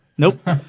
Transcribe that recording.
Nope